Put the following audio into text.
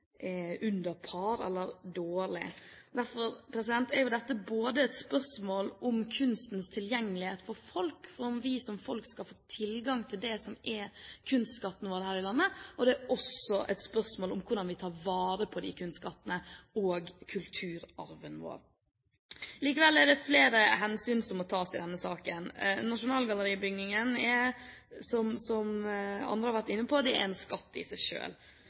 under pari, eller dårlig. Derfor er dette et spørsmål om kunstens tilgjengelighet for folk, om vi som folk skal få tilgang til det som er kunstskattene våre her i landet, og det er også et spørsmål om hvordan vi tar vare på de kunstskattene og kulturarven vår. Likevel er det flere hensyn som må tas i denne saken. Nasjonalgalleribygningen er, som andre har vært inne på, en skatt i seg selv. Det er en vernet bygning, og den må ivaretas i